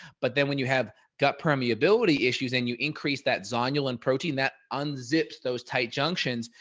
but then when you have gut permeability issues, and you increase that zonulin protein that unzips, those tight junctions,